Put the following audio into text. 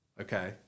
Okay